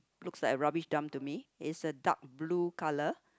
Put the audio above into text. looks like a rubbish dump to me is a dark blue colour